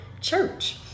church